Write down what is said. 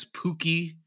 Pookie